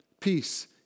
Peace